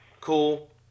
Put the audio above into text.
cool